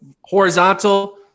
horizontal